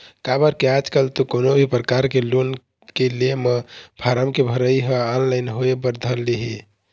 काबर के आजकल तो कोनो भी परकार के लोन के ले म फारम के भरई ह ऑनलाइन होय बर धर ले हे